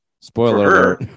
spoiler